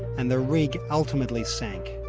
and the rig ultimately sank.